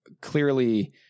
clearly